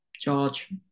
George